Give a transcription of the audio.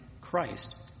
Christ